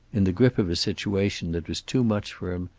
in the grip of a situation that was too much for him,